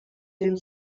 dem